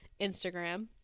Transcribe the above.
Instagram